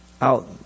out